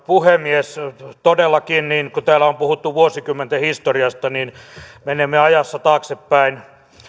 puhemies todellakin niin kuin täällä on on puhuttu vuosikymmenten historiasta menemme ajassa taaksepäin